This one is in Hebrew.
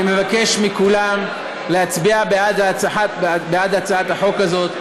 אני מבקש מכולכם להצביע בעד הצעת החוק הזאת,